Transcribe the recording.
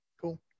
Cool